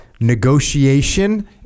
Negotiation